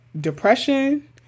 depression